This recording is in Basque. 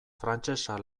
frantsesa